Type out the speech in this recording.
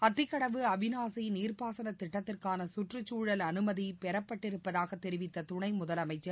அத்திக்கடவு அவினாசி நீர்ப்பாசன திட்டத்திற்கான கற்றுச்சூழல் அனுமதி பெறப்பட்டிருப்பதாக தெரிவித்த துனை முதலமச்சர்